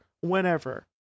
whenever